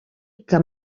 que